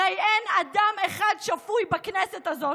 הרי אין אדם אחד שפוי בכנסת הזאת,